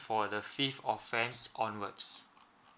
for the fifth offence onwards